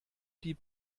die